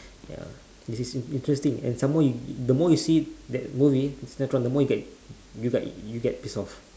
ya it's it's it's interesting and some more the more you see that movie sinetron the more you get you get you get pissed off